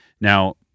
Now